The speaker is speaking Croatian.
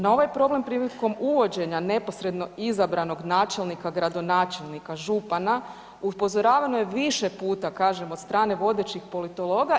Na ovaj problem prilikom uvođenja neposredno izabranog načelnika, gradonačelnika, župana upozoravano je više puta kažem od strane vodećih politologa.